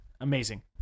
amazing